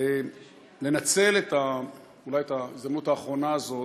לנצל אולי את ההזדמנות האחרונה הזאת,